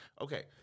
Okay